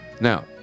now